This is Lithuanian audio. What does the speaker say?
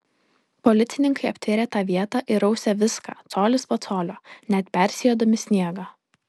policininkai aptvėrė tą vietą ir rausė viską colis po colio net persijodami sniegą